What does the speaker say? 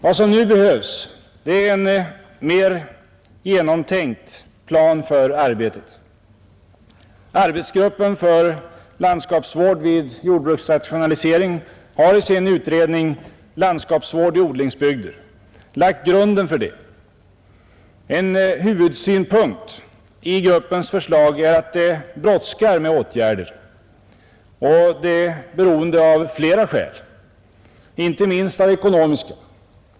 Vad som nu behövs är en mer genomtänkt plan för arbetet. Arbetsgruppen för landskapsvård vid jordbruksrationalisering har i sin utredning Landskapsvård i odlingsbygder lagt grunden för detta. En huvudsynpunkt i gruppens förslag är att det brådskar med åtgärder, och det av flera skäl, inte minst ekonomiska.